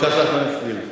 בבקשה, חברת הכנסת וילף.